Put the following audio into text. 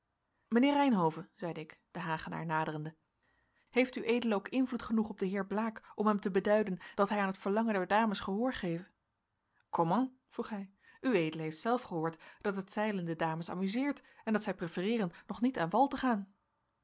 mijnheer reynhove zeide ik den hagenaar naderende heeft ued ook invloed genoeg op den heer blaek om hem te beduiden dat hij aan het verlangen der dames gehoor geve comment vroeg hij ued heeft zelf gehoord dat het zeilen de dames amuseert en dat zij prefereeren nog niet aan wal te gaan